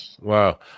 wow